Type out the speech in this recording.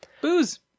Booze